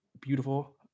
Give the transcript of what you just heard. beautiful